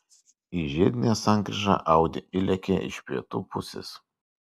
į žiedinę sankryžą audi įlėkė iš pietų pusės